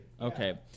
Okay